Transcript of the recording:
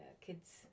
kids